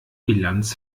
bilanz